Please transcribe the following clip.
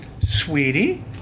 Sweetie